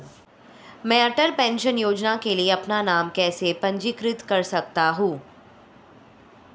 मैं अटल पेंशन योजना के लिए अपना नाम कैसे पंजीकृत कर सकता हूं?